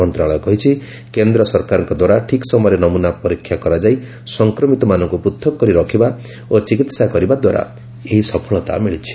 ମନ୍ତ୍ରଶାଳୟ କହିଛି କେନ୍ଦ୍ର ସରକାରଙ୍କ ଦ୍ୱାରା ଠିକ୍ ସମୟରେ ନମୂନା ପରୀକ୍ଷା କରାଯାଇ ସଂକ୍ରମିତମାନଙ୍କୁ ପୃଥକ୍ କରି ରଖିବା ଓ ଚିକିତ୍ସା କରିବା ଦ୍ୱାରା ଏହି ସଫଳତା ମିଳିଛି